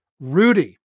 Rudy